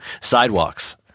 sidewalks